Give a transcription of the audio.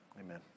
Amen